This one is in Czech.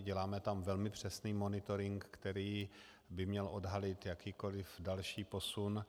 Děláme tam velmi přesný monitoring, který by měl odhalit jakýkoliv další posun.